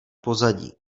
pozadí